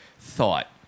thought